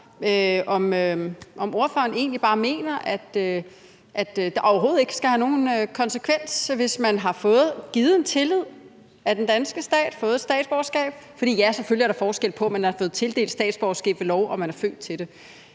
om ordføreren egentlig bare mener, at det overhovedet ikke skal have nogen konsekvens, hvis man er blevet vist tillid af den danske stat og har fået et statsborgerskab – for ja, selvfølgelig er der forskel på, om man har fået tildelt statsborgerskab ved lov, eller om man er født til det